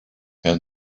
and